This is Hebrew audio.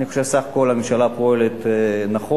אני חושב שבסך הכול הממשלה פועלת נכון,